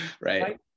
Right